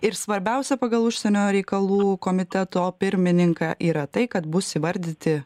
ir svarbiausia pagal užsienio reikalų komiteto pirmininką yra tai kad bus įvardyti